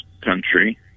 country